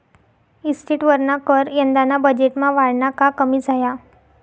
इस्टेटवरना कर यंदाना बजेटमा वाढना का कमी झाया?